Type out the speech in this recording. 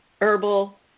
herbal